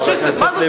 פאשיסטית?